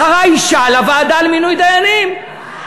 בחרה אישה לוועדה למינוי דיינים.